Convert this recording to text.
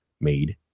made